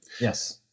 Yes